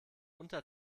unter